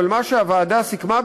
אבל מה שהוועדה סיכמה,